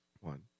one